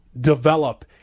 develop